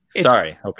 Sorry